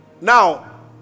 Now